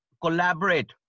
Collaborate